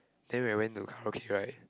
then when we went to karaoke right